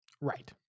Right